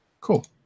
cool